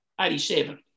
87